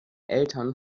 eltern